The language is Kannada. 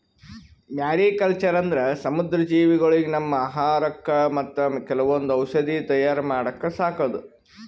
ಮ್ಯಾರಿಕಲ್ಚರ್ ಅಂದ್ರ ಸಮುದ್ರ ಜೀವಿಗೊಳಿಗ್ ನಮ್ಮ್ ಆಹಾರಕ್ಕಾ ಮತ್ತ್ ಕೆಲವೊಂದ್ ಔಷಧಿ ತಯಾರ್ ಮಾಡಕ್ಕ ಸಾಕದು